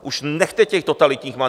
Už nechte těch totalitních manýrů!